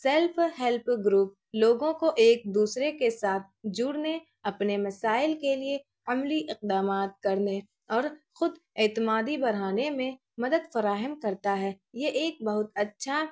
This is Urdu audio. سیلف ہیلپ گروپ لوگوں کو ایک دوسرے کے ساتھ جڑنے اپنے مسائل کے لیے عملی اقدامات کرنے اور خود اعتمادی بڑھانے میں مدد فراہم کرتا ہے یہ ایک بہت اچھا